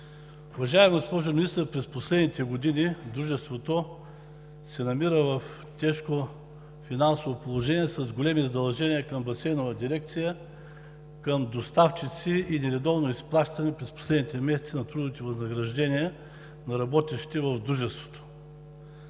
Уважаема госпожо Министър, през последните години Дружеството се намира в тежко финансово положение с големи задължения към „Басейнова дирекция“, към доставчици и нередовно изплащане през последните месеци на трудовите възнаграждения на работещите в Дружеството.